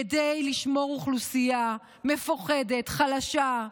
כדי לשמור אוכלוסייה מפוחדת, חלשה,